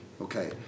Okay